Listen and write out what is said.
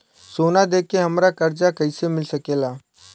सोना दे के हमरा कर्जा कईसे मिल सकेला?